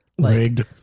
Rigged